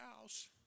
house